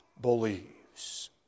believes